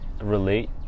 relate